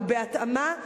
ובהתאמה,